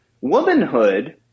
womanhood